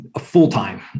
full-time